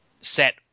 set